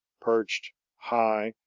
perched high,